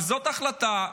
שזאת ההחלטה: